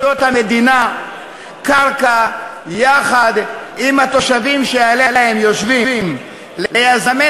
המדינה קרקע יחד עם התושבים שעליה הם יושבים ליזמי